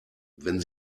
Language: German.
wenn